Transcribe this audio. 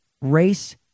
race